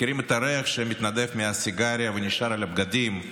מכירים את הריח שמתנדף מהסיגריה ונשאר על הבגדים.